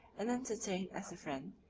and entertained as the friend,